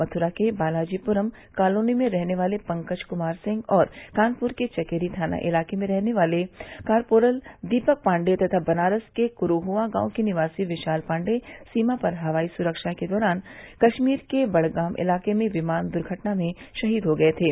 मथुरा के बालाजीपुरम् कालोनी के रहने वाले पंकज कुमार सिंह और कानपुर के चकेरी थाना इलाके के रहने वाले कॉरपोरल दीपक पाण्डेय तथा बनारस के क्रूहआ गांव निवासी विशाल पाण्डेय सीमा पर हवाई सुरक्षा के दौरान कश्मीर के बड़गाम इलाके में विमान दुर्घटना में शहीद हो गये थे